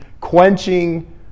quenching